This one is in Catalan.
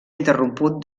interromput